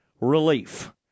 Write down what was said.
relief